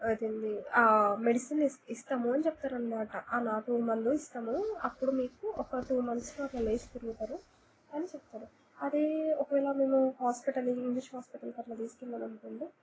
అదేంటి ఆ మెడిసిన్ ఇస్ ఇస్తాము అని చెప్తారనమాట ఆ నాటు మందు ఇస్తాము అప్పుడు మీకు ఒక టూ మంత్స్లో అట్లా లేచి తిరుగుతారు అని చెప్తారు అదే ఒకవేళ మేము హాస్పిటల్కి ఇంగ్లీష్ హాస్పిటల్కి అట్లా తీసుకెళ్ళామనుకోండి